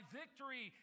victory